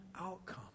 outcome